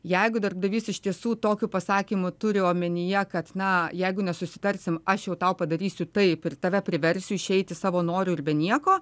jeigu darbdavys iš tiesų tokiu pasakymu turi omenyje kad na jeigu nesusitarsim aš jau tau padarysiu taip ir tave priversiu išeiti savo noru ir be nieko